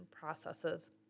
processes